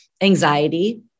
anxiety